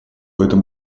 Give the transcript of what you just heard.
этом